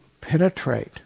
penetrate